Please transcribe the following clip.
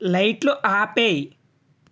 లైట్లు ఆపేయి